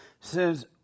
says